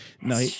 no